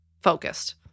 focused